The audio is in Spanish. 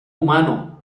humano